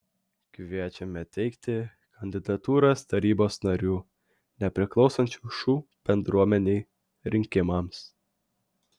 kviečiame teikti kandidatūras tarybos narių nepriklausančių šu bendruomenei rinkimams